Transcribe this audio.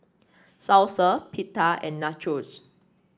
Salsa Pita and Nachos